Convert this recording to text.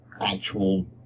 actual